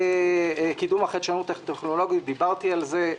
קידום החדשנות הטכנולוגית דיברתי על זה,